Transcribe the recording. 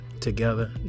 together